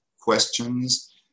questions